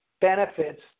benefits